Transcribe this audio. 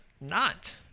not-